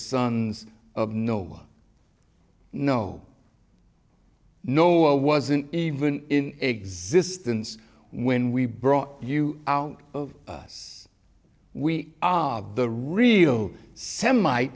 sons of no no no i wasn't even in existence when we brought you out of us we are the real semi